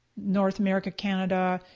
north america, canada.